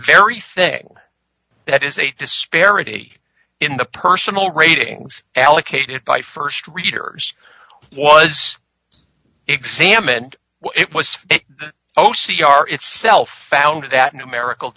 very thing that is a disparity in the personal ratings allocated by st readers was examined it was o c r itself found that numerical